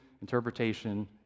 interpretation